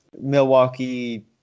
Milwaukee